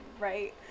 right